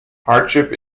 hardship